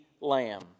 Lamb